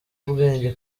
ubwenge